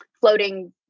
floating